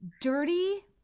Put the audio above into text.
Dirty